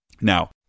Now